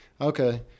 Okay